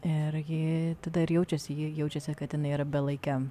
ir ji tada ir jaučiasi ji jaučiasi kad jinai yra belaikė